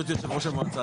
לא ראש המועצה